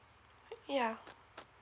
yeah